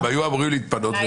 הם היו אמורים להתפנות,